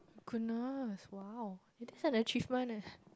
goodness !wow! it is an achievement eh